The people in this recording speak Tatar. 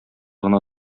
гына